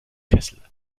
kessel